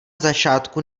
začátku